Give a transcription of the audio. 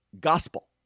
gospel